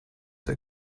der